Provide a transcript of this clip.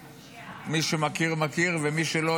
מי שמכיר מכיר ומי שלא,